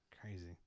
Crazy